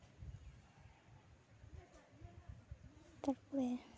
ᱛᱟᱨᱯᱚᱨᱮ